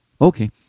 okay